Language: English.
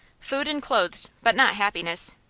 food and clothes, but not happiness.